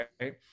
Right